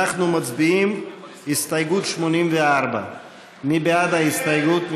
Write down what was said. אנחנו מצביעים על הסתייגות 84. מי בעד ההסתייגות?